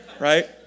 right